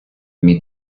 мій